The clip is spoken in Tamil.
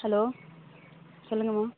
ஹலோ சொல்லுங்கம்மா